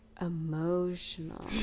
Emotional